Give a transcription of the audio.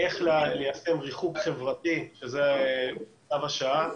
איך ליישם ריחוק חברתי, שזה צו השעה,